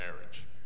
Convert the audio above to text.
marriage